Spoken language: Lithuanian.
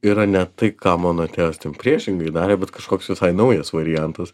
yra ne tai ką mano tėvas ten priešingai darė bet kažkoks visai naujas variantas